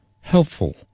helpful